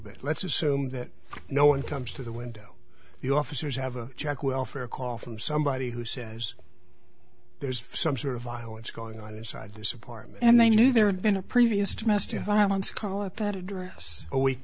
bit let's assume that no one comes to the window the officers have a child welfare call from somebody who says there's some sort of violence going on inside this apartment and they knew there had been a previous domestic violence call at that address a week